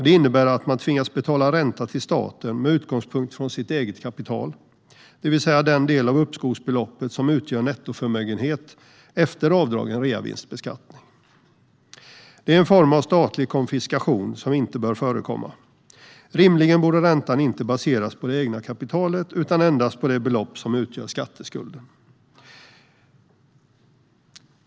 Det innebär att man tvingas betala ränta till staten med utgångspunkt från sitt eget kapital, det vill säga den del av uppskovsbeloppet som utgör nettoförmögenhet efter avdragen reavinstskatt. Det är en form av statlig konfiskation som inte bör förekomma. Rimligen borde räntan inte baseras på det egna kapitalet utan endast på det belopp som utgör skatteskulden.